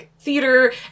theater